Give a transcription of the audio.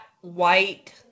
white